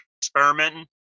experimenting